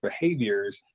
behaviors